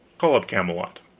call up camelot.